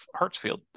Hartsfield